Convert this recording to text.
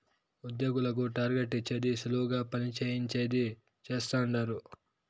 ఉద్యోగులకు టార్గెట్ ఇచ్చేది సులువుగా పని చేయించేది చేస్తండారు